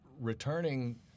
Returning